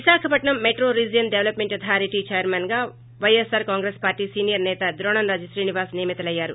Visakhapatnam metro region development authority VMDRA చైర్మన్గా YSR Congress party senior నేత ద్రోణంరాజు శ్రీనివాసరావు నియమితులయ్యారు